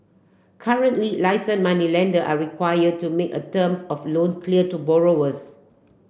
currently licensed moneylender are required to make a term of loan clear to borrowers